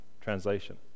Translation